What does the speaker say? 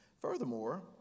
furthermore